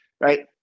right